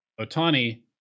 Otani